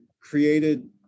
created